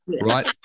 right